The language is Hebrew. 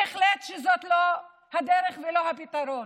בהחלט לא זאת הדרך ולא זה הפתרון.